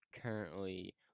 currently